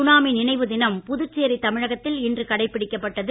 tsunami நினைவு தினம் புதுச்சேரி தமிழகத்தில் இன்று கடைபிடிக்கப்பட்டது